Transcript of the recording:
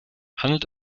handelt